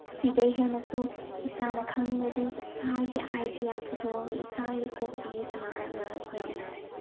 ꯁꯤꯗꯒꯤ ꯍꯦꯟꯅꯁꯨ ꯏꯁꯥꯅ ꯈꯪꯅꯤꯡꯉꯗꯤ ꯏꯁꯥꯒꯤ ꯑꯥꯏꯗꯤꯌꯥ ꯄꯨꯊꯣꯛꯑꯒ ꯏꯁꯥꯒꯤ ꯀꯣꯛꯇꯒꯤ ꯁꯥꯟꯅꯔꯒ ꯑꯩꯈꯣꯏꯅ